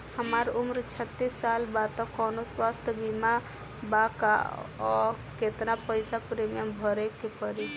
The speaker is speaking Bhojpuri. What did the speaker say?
हमार उम्र छत्तिस साल बा त कौनों स्वास्थ्य बीमा बा का आ केतना पईसा प्रीमियम भरे के पड़ी?